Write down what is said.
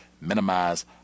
minimize